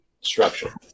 structure